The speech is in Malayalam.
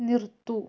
നിർത്തൂ